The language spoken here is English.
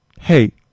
Hey